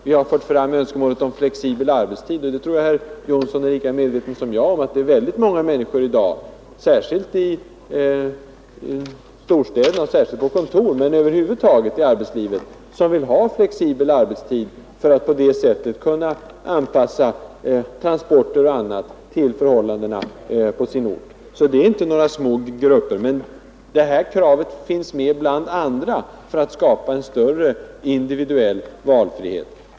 Vi har fört fram önskemålet om flexibel arbetstid — jag tror att herr Johnsson i Blentarp är lika medveten som jag om att det är väldigt många människor i dag, särskilt i storstäderna och särskilt på kontor, men också på andra håll i arbetslivet, som vill ha flexibel arbetstid, för att på det sättet kunna anpassa transporter och annat till förhållandena på sin ort. Det är inte några små grupper. Det här kravet finns med bland andra för att skapa en större individuell valfrihet.